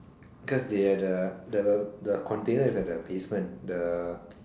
cause they at the the container is at the basement the